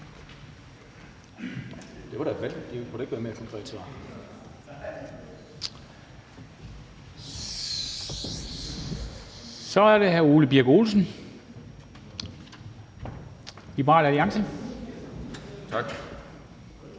Så er det hr. Ole Birk Olesen, Liberal Alliance. Kl.